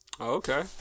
Okay